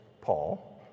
Paul